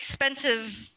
expensive